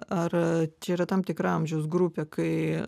ar čia yra tam tikra amžiaus grupė kai